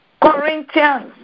Corinthians